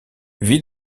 vit